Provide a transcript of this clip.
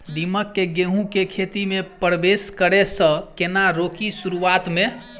दीमक केँ गेंहूँ केँ खेती मे परवेश करै सँ केना रोकि शुरुआत में?